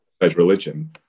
religion